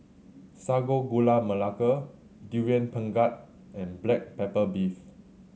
Sago Gula Melaka Durian Pengat and black pepper beef